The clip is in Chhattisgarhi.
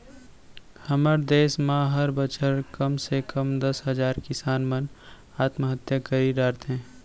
हमर देस म हर बछर कम से कम दस हजार किसान मन आत्महत्या करी डरथे